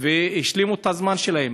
והשלימו את הזמן שלהם.